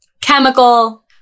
chemical